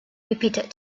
repeated